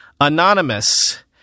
anonymous